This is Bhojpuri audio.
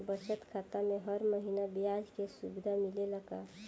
बचत खाता में हर महिना ब्याज के सुविधा मिलेला का?